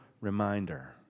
reminder